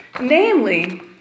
Namely